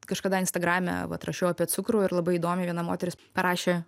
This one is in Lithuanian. kažkada instagrame vat rašiau apie cukrų ir labai įdomiai viena moteris parašė